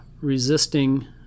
resisting